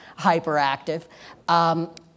hyperactive